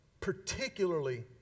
particularly